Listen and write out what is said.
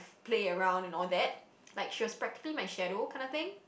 play around and all that like she was practically my shadow kind of thing